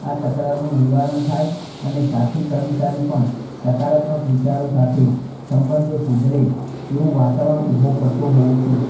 આ તકરારનું નિવારણ થાય અને સાથી કર્મચારી પણ સકારાત્મક વિચારો સાથે સંબંધો સુધરે તેવું વાતાવરણ ઊભો કરતો હોઉં છું